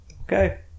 Okay